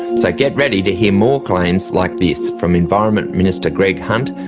so get ready to hear more claims like this, from environment minister greg hunt,